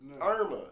Irma